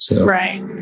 right